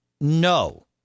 no